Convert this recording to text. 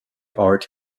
art